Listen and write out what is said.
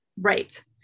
right